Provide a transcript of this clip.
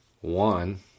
One